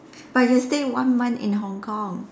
but you stay one month in Hong-Kong